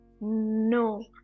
No